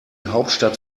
hauptstadt